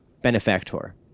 benefactor